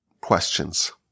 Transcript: questions